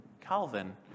Calvin